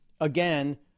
again